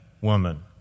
woman